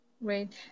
Right